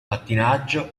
pattinaggio